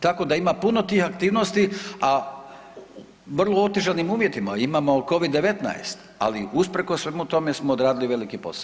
Tako da ima puno tih aktivnosti a u vrlo otežanim uvjetima, imamo COVID-19, ali usprkos svemu tome smo odradili veliki posao.